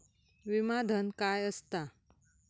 विमा धन काय असता?